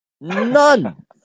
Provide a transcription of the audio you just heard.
None